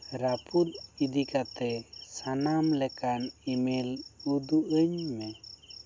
ᱨᱟᱹᱯᱩᱫ ᱤᱫᱤ ᱠᱟᱛᱮ ᱥᱟᱱᱟᱢ ᱞᱮᱠᱟᱱ ᱤᱼᱢᱮᱞ ᱩᱫᱩᱜ ᱟᱹᱧ ᱢᱮ